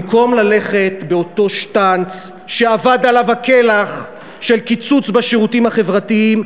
במקום ללכת באותו שטנץ שאבד עליו כלח של קיצוץ בשירותים החברתיים,